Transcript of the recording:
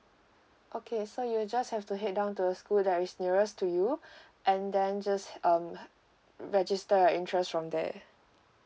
okay so you just have to head down to a school that is nearest to you and then just um register your interest from there